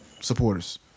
supporters